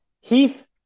Heath